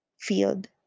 field